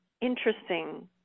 interesting